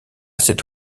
cette